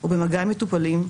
הוא במגע עם מטופלים,